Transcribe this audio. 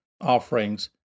offerings